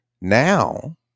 now